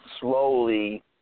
slowly